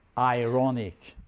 ironic,